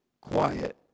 quiet